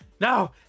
No